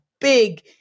big